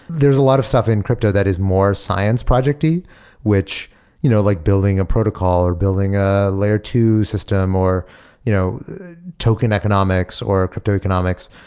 there's a lot of stuff in crypto that is more science project, which you know like building a protocol, or building a layer two system, or you know token economics, or crypto economics.